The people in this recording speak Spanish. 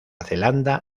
zelanda